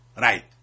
Right